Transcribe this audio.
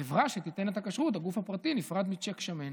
החברה שתיתן את הכשרות, הגוף הפרטי, נפרד מצ'ק שמן